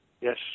Yes